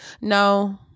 no